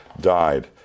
died